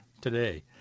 today